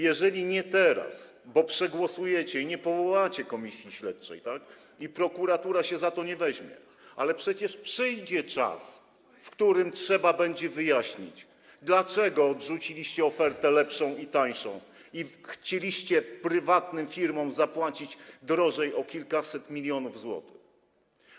Jeżeli nie teraz, bo przegłosujecie i nie powołacie komisji śledczej, i prokuratura się za to nie weźmie, to przecież przyjdzie czas, kiedy trzeba będzie wyjaśnić, dlaczego odrzuciliście ofertę lepsza i tańszą i chcieliście prywatnym firmom zapłacić kilkaset milionów złotych więcej.